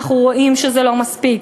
אנחנו רואים שזה לא מספיק.